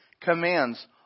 commands